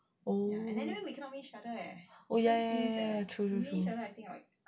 oh ya ya ya true true